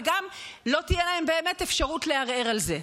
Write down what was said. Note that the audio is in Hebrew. וגם לא תהיה להם באמת אפשרות לערער על זה.